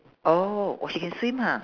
oh oh she can swim ha